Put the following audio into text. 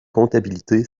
comptabilité